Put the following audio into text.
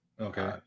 Okay